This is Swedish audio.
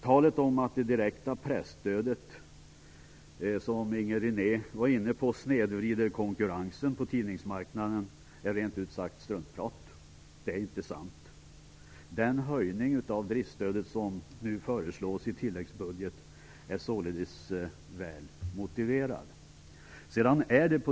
Talet om att det direkta presstödet snedvrider konkurrensen på tidningsmarknaden, vilket Inger René var inne på, är rent ut sagt struntprat. Det är inte sant. Den höjning av driftstödet som nu föreslås i tilläggsbudgeten är således väl motiverad.